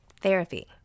Therapy